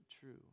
true